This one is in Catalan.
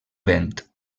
vent